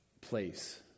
place